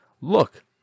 look